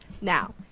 now